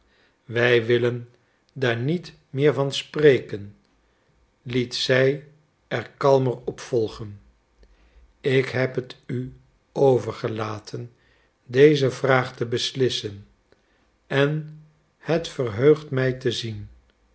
wij willen daar niet meer van spreken liet zij er kalmer op volgen ik heb het u overgelaten deze vraag te beslissen en het verheugt mij te zien